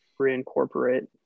reincorporate